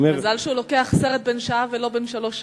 מזל שהוא לוקח סרט בן שעה ולא בן שלוש שעות.